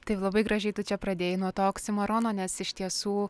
taip labai gražiai tu čia pradėjai nuo to oksimorono nes iš tiesų